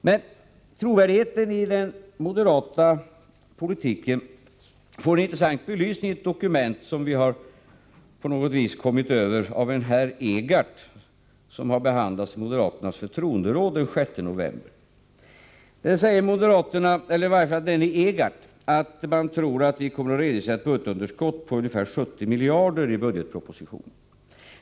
Men trovärdigheten i den moderata politiken får en intressant belysning i ett dokument av en herr Egardt vilket vi på något sätt kommit över och vilket behandlats i moderaternas förtroenderåd den 6 november. Där säger moderaterna — eller i varje fall denne Egardt — att man tror att vi kommer att redovisa ett budgetunderskott på ungefär 70 miljarder i budgetpropositionen.